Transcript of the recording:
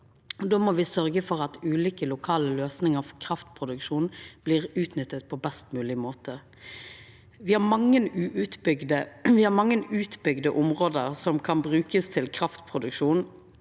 Då må me sørgja for at ulike lokale løysingar for kraftproduksjon blir utnytta på best mogleg måte. Me har mange utbygde område som kan brukast til kraftproduksjon,